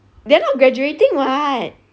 they are not graduating [what]